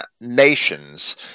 nations